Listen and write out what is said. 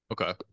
Okay